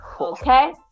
okay